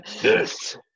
Yes